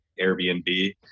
Airbnb